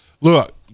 Look